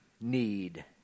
need